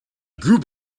group